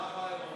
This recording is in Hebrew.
מה הבעיה?